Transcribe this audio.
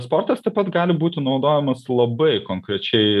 sportas taip pat gali būti naudojamas labai konkrečiai